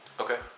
Okay